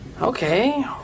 Okay